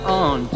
on